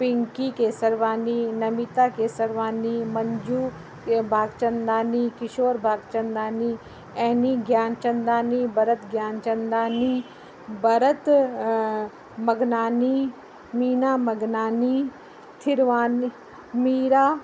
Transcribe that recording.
Pinky Kesarwani Namita Kesarwani Manju बागचंदानी Kishore बागचंदानी Anne Gyanchandani Bharat Gyanchandani Bharat मघनानी Meena मघनानी Thirwani Meera